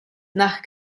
nach